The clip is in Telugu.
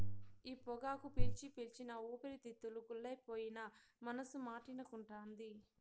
ఈ పొగాకు పీల్చి పీల్చి నా ఊపిరితిత్తులు గుల్లైపోయినా మనసు మాటినకుంటాంది